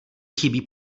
chybí